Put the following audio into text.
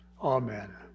Amen